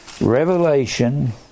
Revelation